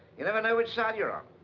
you never know which side you're on,